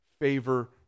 favor